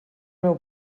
meu